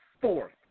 fourth